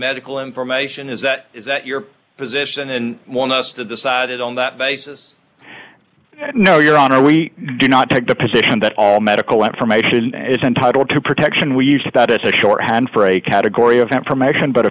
medical information is that is that your position and one us to decide it on that basis no your honor we do not take the position that all medical information and it's entitled to protection we use that as a shorthand for a category of information but